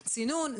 צינון,